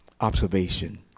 Observation